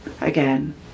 again